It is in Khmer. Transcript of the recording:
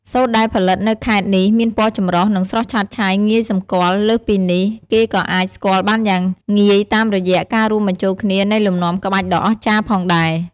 សូត្រដែលផលិតនៅខេត្តនេះមានពណ៌ចម្រុះ និងស្រស់ឆើតឆាយងាយសម្គាល់ លើសពីនេះ គេក៏អាចស្គាល់បានយ៉ាងងាយតាមរយៈការរួមបញ្ចូលគ្នានៃលំនាំក្បាច់ដ៏អស្ចារ្យផងដែរ។